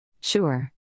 Sure